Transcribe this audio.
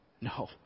No